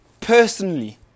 personally